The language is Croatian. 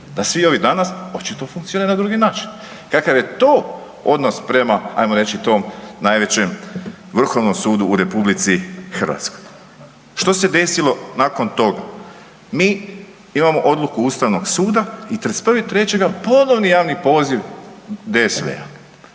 Da svi ovi danas očito funkcioniraju na drugi način. Kakav je to odnos prema, ajmo reći, tom najvećem Vrhovnom sudu u RH? Što se desilo nakon toga? Mi imamo odluku Ustavnog suda, i 31.3. ponovni javni poziv DSV-a.